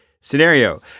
scenario